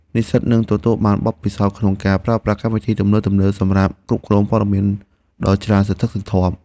និស្សិតនឹងទទួលបានបទពិសោធន៍ក្នុងការប្រើប្រាស់កម្មវិធីទំនើបៗសម្រាប់គ្រប់គ្រងព័ត៌មានដ៏ច្រើនសន្ធឹកសន្ធាប់។